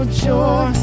joy